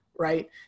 right